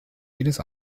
jedes